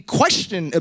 question